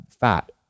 fat